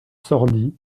sordi